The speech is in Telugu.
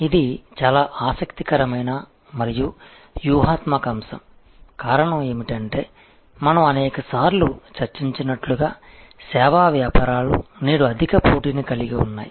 ఇది చాలా ఆసక్తికరమైన మరియు వ్యూహాత్మక అంశం కారణం ఏమిటంటే మనం అనేక సార్లు చర్చించినట్లుగా సేవా వ్యాపారాలు నేడు అధిక పోటీని కలిగి ఉన్నాయి